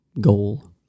goal